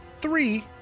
three